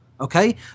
Okay